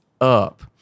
up